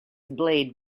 blade